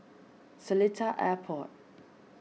Seletar Airport